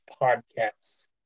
podcast